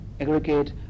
aggregate